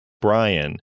Brian